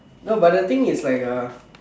no but the thing is like uh